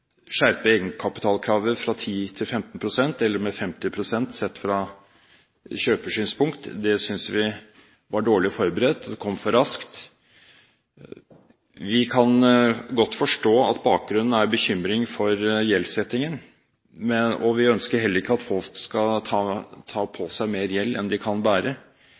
skjerpe egenkapitalkravet fra 10 pst. til 15 pst., eller med 50 pst. sett fra kjøpers synspunkt, synes vi var dårlig forberedt, det kom for raskt. Vi kan godt forstå at bakgrunnen er bekymring for gjeldssettingen, og vi ønsker heller ikke at folk skal ta opp mer gjeld enn det de kan bære,